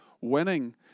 winning